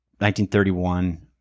1931